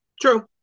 True